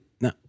no